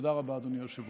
תודה רבה, אדוני היושב-ראש.